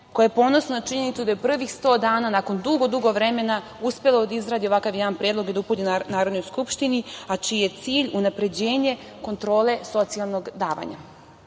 koje je ponosno na činjenicu da je prvih sto dana nakon dugo, dugo vremena uspelo da izgradi ovakav jedan predlog i da uputi Narodnoj skupštini, a čiji je cilj unapređenje kontrole socijalnog davanja. Ali